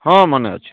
ହଁ ମନେ ଅଛି